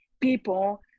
people